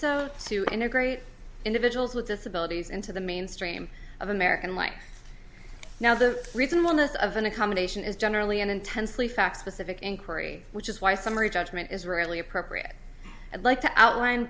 so to integrate individuals with disabilities into the mainstream of american life now the reason wellness of an accommodation is generally an intensely fact specific inquiry which is why summary judgment is really appropriate i'd like to outline